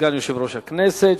סגן יושב-ראש הכנסת,